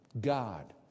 God